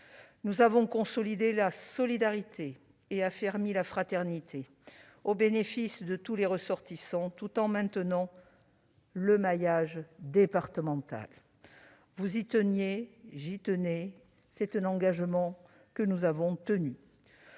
Nous avons consolidé la solidarité et affermi la fraternité au bénéfice de tous les ressortissants, tout en maintenant le maillage départemental. Vous y teniez, j'y tenais : engagement tenu ! Nous le